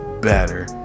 better